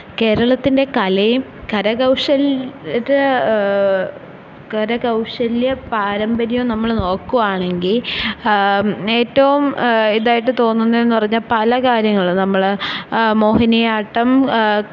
കേരളത്തിന്റെ കലയും കരകൗശല് ഇത് കരകൗശല്യ പാരമ്പര്യവും നമ്മള് നോക്കുവാണെങ്കിൽ ഏറ്റവും ഇതായിട്ട് തോന്നുന്നതെന്ന് പറഞ്ഞാൽ പല കാര്യങ്ങള് നമ്മള് മോഹിനിയാട്ടം